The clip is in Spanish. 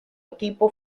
equipo